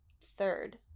third